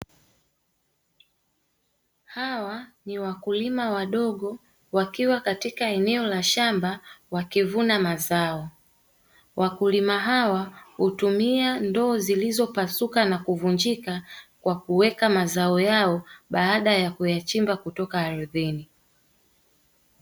Hawa ni wakulima wadogo wakiwa katika eneo la shamba wakivuna mazao, wakulima hawa hutumia ndoo zilizopasuka na kuvunjika kwa kuweka mazao yao baada ya kuyachimba kutoka ardhini.